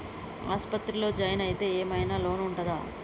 ఆస్పత్రి లో జాయిన్ అయితే ఏం ఐనా లోన్ ఉంటదా?